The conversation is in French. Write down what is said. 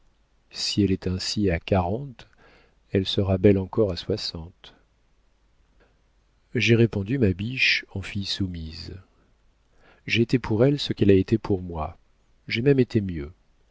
si elle est ainsi à quarante elle sera belle encore à soixante ans j'ai répondu ma biche en fille soumise j'ai été pour elle ce qu'elle a été pour moi j'ai même été mieux